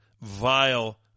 vile